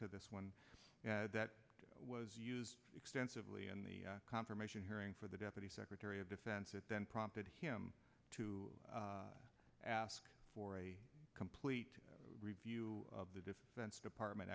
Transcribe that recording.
to this one that was used extensively in the confirmation hearing for the deputy secretary of defense it then prompted him to ask for a complete review of the defense department